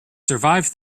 survive